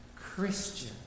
Christian